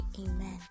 Amen